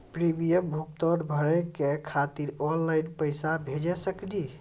Premium भुगतान भरे के खातिर ऑनलाइन पैसा भेज सकनी?